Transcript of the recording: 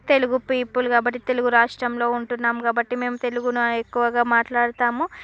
Telugu people కాబట్టి తెలుగు రాష్ట్రంలో ఉంటున్నాం కాబట్టి మేము తెలుగును ఎక్కువగా మాట్లాడుతాము